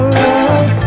love